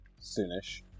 Soonish